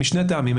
משני טעמים.